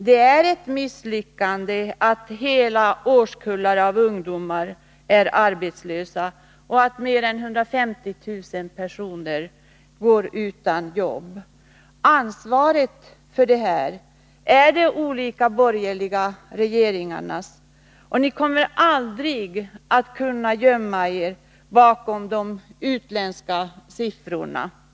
Det är ett misslyckande att hela årskullar av ungdomar är arbetslösa och att mer än 150 000 personer går utan jobb. Ansvaret för detta är de olika borgerliga regeringarnas. Ni kommer aldrig att kunna gömma er bakom de utländska siffrorna. Herr talman!